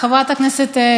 פעם אחר פעם,